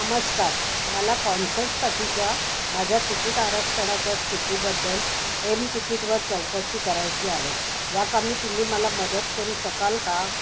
नमस्कार मला कॉन्सर्टसाठीच्या माझ्या तिकीट आरक्षणाच्या स्थितीबद्दल एम तिकीटवर चौकशी करायची आहे या कामी तुम्ही मला मदत करू शकाल का